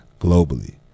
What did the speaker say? globally